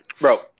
bro